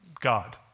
God